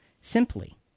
Simply